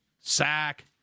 sack